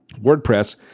WordPress